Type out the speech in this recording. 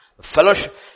fellowship